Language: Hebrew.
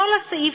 כל הסעיף,